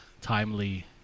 timely